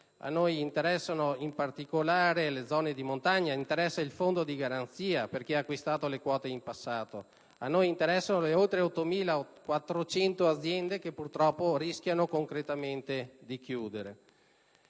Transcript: a noi interessano in particolare le zone di montagna; interessa il Fondo di garanzia per chi ha acquistato le quote in passato; a noi interessano le oltre 8.400 aziende, che purtroppo rischiano concretamente di chiudere.